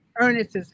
Ernest's